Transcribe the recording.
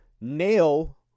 nail